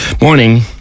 Morning